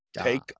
take